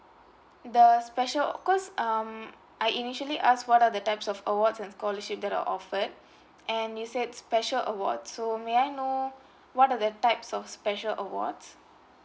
the special 'cos um I initially asked what are the types of awards and scholarship that are offered and you said special awards so may I know what are the types of special awards